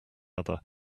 other